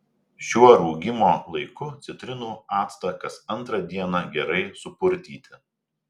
šiuo rūgimo laiku citrinų actą kas antrą dieną gerai supurtyti